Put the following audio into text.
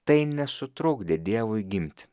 tai nesutrukdė dievui gimti